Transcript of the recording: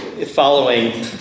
following